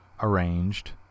arranged